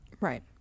right